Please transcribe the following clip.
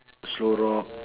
slow rock